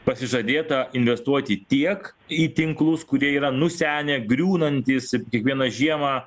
pasižadėta investuoti tiek į tinklus kurie yra nusenę griūnantys kiekvieną žiemą